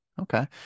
Okay